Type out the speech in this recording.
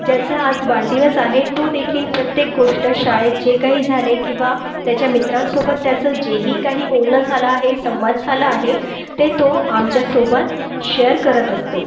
ज्याचा आज वाढदिवस आहे तोदेखील प्रत्येक गोष्ट शाळेत जे काही झाले किंवा त्याच्या मित्रांसोबत त्याचं जेही काही बोलणं झालं आहे संवाद झाला आहे ते तो आमच्यासोबत शेअर करत असतो